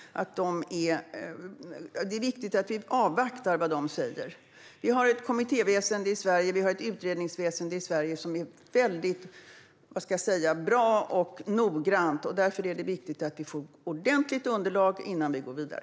Det är viktigt att vi avvaktar vad de säger. Vi har ett kommittéväsen i Sverige. Vi har ett utredningsväsen som är väldigt bra och noggrant. Därför är det viktigt att vi får ordentligt underlag innan vi går vidare.